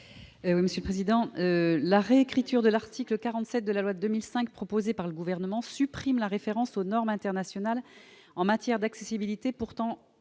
Nadine Grelet-Certenais. La réécriture de l'article 47 de la loi de 2005 proposée par le Gouvernement supprime la référence aux normes internationales en matière d'accessibilité, référence